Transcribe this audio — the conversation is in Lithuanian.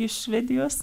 iš švedijos